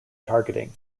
targeting